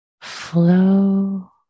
flow